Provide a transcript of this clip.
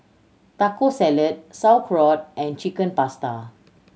Taco Salad Sauerkraut and Chicken Pasta